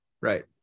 right